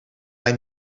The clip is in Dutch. mij